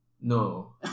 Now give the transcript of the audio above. no